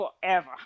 forever